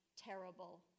terrible